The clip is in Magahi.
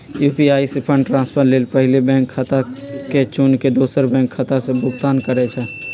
यू.पी.आई से फंड ट्रांसफर लेल पहिले बैंक खता के चुन के दोसर बैंक खता से भुगतान करइ छइ